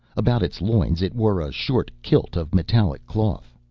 about its loins it wore a short kilt of metallic cloth,